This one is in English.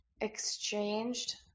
exchanged